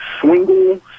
Swingle